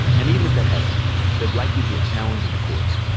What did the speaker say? and even if that happened there'd likely be a challenge in the courts.